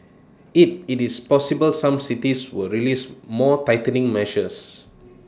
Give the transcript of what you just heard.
IT it is possible some cities will release more tightening measures